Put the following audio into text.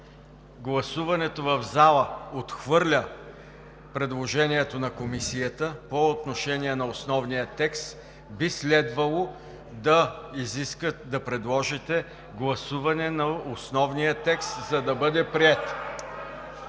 гласуването в залата отхвърля предложението на Комисията по отношение на основния текст, би следвало да подложите на гласуване основния текст, за да бъде приет.